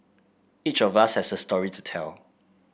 each of us has a story to tell